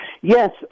Yes